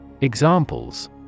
Examples